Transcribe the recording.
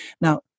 Now